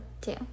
Two